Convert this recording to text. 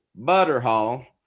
Butterhall